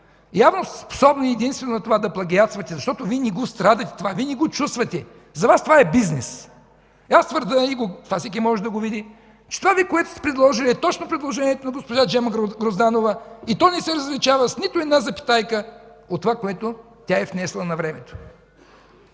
Явно сте способни единствено на това – да плагиатствате, защото Вие не страдате това, не го чувствате. За Вас това е бизнес. И аз го твърдя, и всеки може да го види – че това, което сте предложили, е точно предложението на госпожа Джема Грозданова и то не се различава с нито една запетайка от това, което тя е внесла навремето.